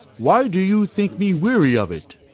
why, do you think me weary of it?